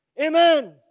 Amen